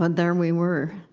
and there we were,